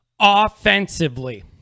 offensively